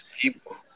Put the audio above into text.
People